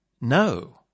No